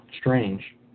Strange